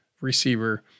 receiver